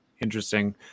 interesting